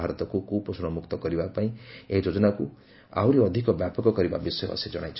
ଭାରତକୁ କୁପୋଷଣମୁକ୍ତ କରିବା ପାଇଁ ଏହି ଯୋଜନାକୁ ଆହୁରି ଅଧିକ ବ୍ୟାପକ କରିବା ବିଷୟ ସେ ଜଣାଇଛନ୍ତି